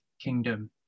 kingdom